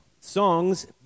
songs